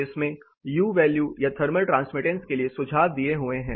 इसमें U value या thermal transmittance के लिए सुझाव दिए हुए हैं